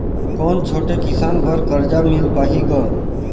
कौन छोटे किसान बर कर्जा मिल पाही ग?